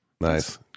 Nice